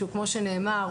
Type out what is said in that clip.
כמו שנאמר,